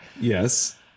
Yes